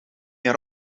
meer